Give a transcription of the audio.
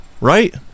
Right